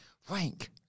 Frank